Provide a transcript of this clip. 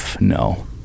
No